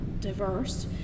diverse